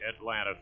Atlanta